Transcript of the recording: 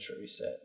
reset